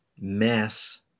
mass